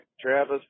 Travis